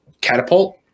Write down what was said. catapult